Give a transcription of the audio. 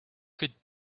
could